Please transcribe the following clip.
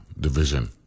Division